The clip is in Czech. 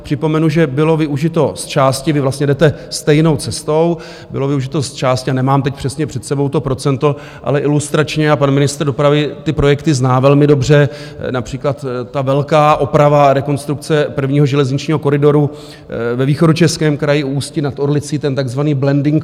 Připomenu, že to bylo využito zčásti vy vlastně jdete stejnou cestou a nemám teď přesně před sebou to procento, ale ilustračně, a pan ministr dopravy ty projekty zná velmi dobře například ta velká oprava a rekonstrukce prvního železničního koridoru ve východočeském kraji u Ústí nad Orlicí, ten takzvaný Blending Call.